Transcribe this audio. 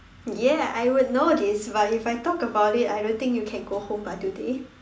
ya I would know this but if I talk about it I don't think you can go home by today